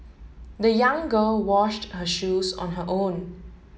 the young girl washed her shoes on her own